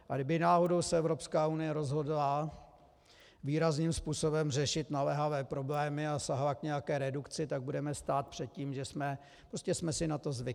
A kdyby náhodou se Evropská unie rozhodla výrazným způsobem řešit naléhavé problémy a sáhla k nějaké redukci, tak budeme stát před tím, že jsme si na to zvykli.